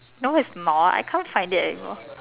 no it's not I can't find it anymore